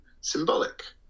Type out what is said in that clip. symbolic